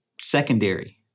secondary